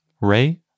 Ray